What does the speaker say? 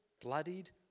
bloodied